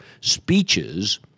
speeches